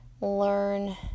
learn